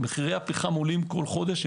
מחירי הפחם עולים כל חודש.